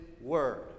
word